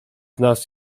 nas